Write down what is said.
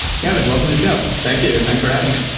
kevin, welcome to show thank you. thanks for having me.